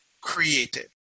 created